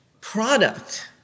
product